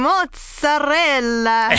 Mozzarella